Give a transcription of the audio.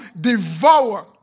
devour